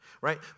right